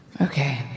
Okay